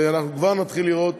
ואנחנו נתחיל לראות